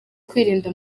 kwirinda